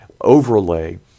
overlay